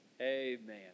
Amen